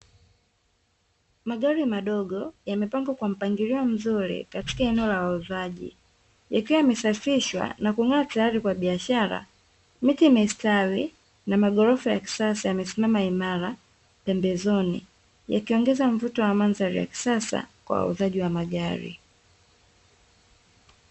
Magari madogo yamepangwa kwa mpangilio mzuri katika eneo la wauzaji, yakiwa yamesafishwa na kung'aa tayari kwa biashara, miti imestawi na magorofa ya kisasa yamesimama imara pembezoni, yakiongeza mvuto wa mandhari ya kisasa kwa wauzaji wa magari.